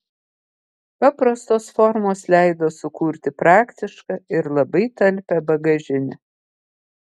paprastos formos leido sukurti praktišką ir labai talpią bagažinę